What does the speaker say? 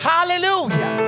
Hallelujah